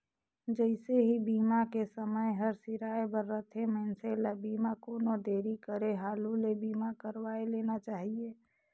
जइसे ही बीमा के समय हर सिराए बर रथे, मइनसे ल बीमा कोनो देरी करे हालू ले बीमा करवाये लेना चाहिए